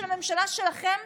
של הממשלה שלכם,